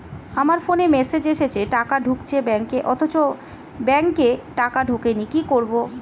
আমার ফোনে মেসেজ এসেছে টাকা ঢুকেছে ব্যাঙ্কে অথচ ব্যাংকে টাকা ঢোকেনি কি করবো?